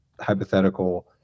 hypothetical